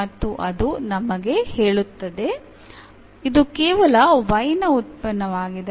ಮತ್ತು ಅದು ನಮಗೆ ಹೇಳುತ್ತದೆ ಇದು ಕೇವಲ y ನ ಉತ್ಪನ್ನವಾಗಿದೆ